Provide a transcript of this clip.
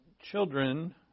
children